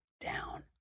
down